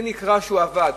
זה נקרא שהוא עבד,